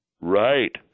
Right